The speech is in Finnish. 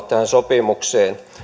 tähän sopimukseen suhtautuvat